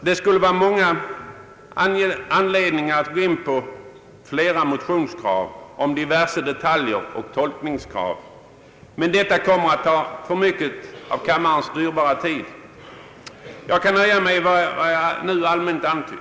Det kunde finnas många anledningar att gå in på flera motionskrav som gäller diverse detal Jer och tolkningar, men detta skulle ta för mycket av kammarens dyrbara tid och jag skall därför nöja mig med vad jag nu helt allmänt antytt.